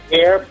air